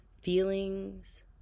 Feelings